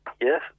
Yes